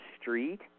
street